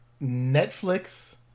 Netflix